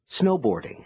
snowboarding